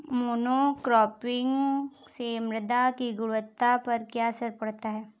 Monocropping से मृदा की गुणवत्ता पर क्या असर पड़ता है?